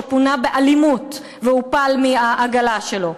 שפונה באלימות והופל מהעגלה שלו,